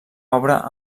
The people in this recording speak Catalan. obra